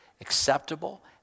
acceptable